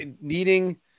needing